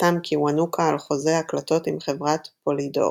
חתם קיוונוקה על חוזה הקלטות עם חברת "פולידור".